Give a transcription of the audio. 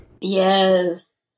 Yes